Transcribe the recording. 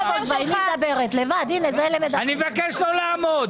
אני מבקש לא לעמוד.